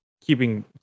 keeping